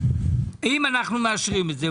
ואם אנחנו מאשרים את זה,